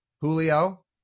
Julio